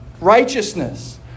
righteousness